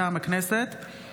כץ ומשה סעדה,